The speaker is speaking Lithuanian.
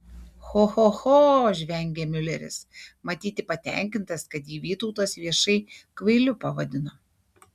cho cho cho žvengė miuleris matyti patenkintas kad jį vytautas viešai kvailiu pavadino